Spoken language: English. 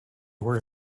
were